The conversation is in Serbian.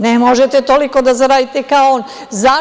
Ne možete toliko da zaradite kao on.